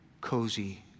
cozy